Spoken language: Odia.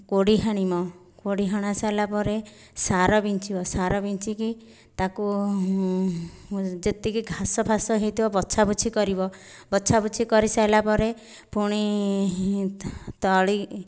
କୋଡ଼ି ହାଣିବ କୋଡ଼ି ହଣା ସରିଲାପରେ ସାର ବିଞ୍ଚିବ ସାର ବିଞ୍ଚିକି ତାକୁ ଯେତିକି ଘାସ ଫାସ ହୋଇଥିବ ବଛାବଛି କରିବ ବଛାବଛି କରିସାରିଲାପରେ ପୁଣି ତଳି